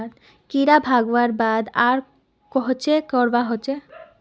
कीड़ा भगवार बाद आर कोहचे करवा होचए?